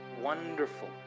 wonderful